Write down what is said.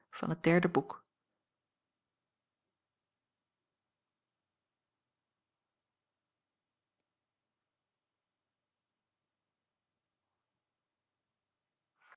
omstreken het derde